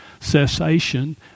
cessation